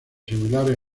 similares